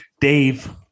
Dave